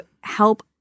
help